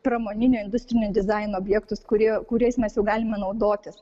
pramoninio industrinio dizaino objektus kurie kuriais mes jau galime naudotis